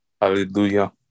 Hallelujah